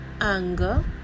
anger